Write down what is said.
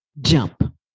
jump